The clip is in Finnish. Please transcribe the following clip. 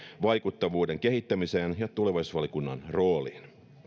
vaikuttavuuden kehittämiseen ja tulevaisuusvaliokunnan rooliin